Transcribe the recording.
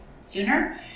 sooner